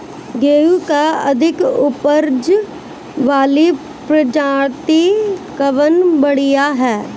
गेहूँ क अधिक ऊपज वाली प्रजाति कवन बढ़ियां ह?